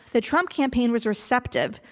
the trump campaign was receptive,